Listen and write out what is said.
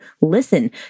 listen